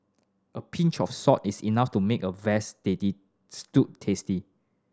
a pinch of salt is enough to make a veal steady stew tasty